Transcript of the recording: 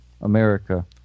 america